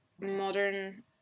modern